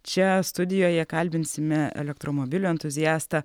čia studijoje kalbinsime elektromobilių entuziastą